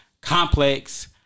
complex